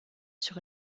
sur